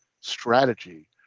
strategy